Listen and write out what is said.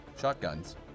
shotguns